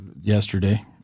yesterday